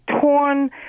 torn